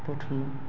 बुथुमो